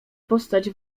postać